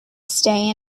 stay